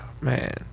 man